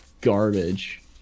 garbage